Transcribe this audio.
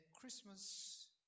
Christmas